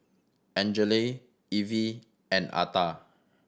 Angele Ivie and Atha